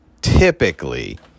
typically